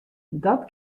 dat